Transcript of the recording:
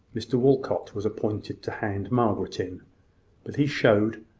mr walcot was appointed to hand margaret in but he showed,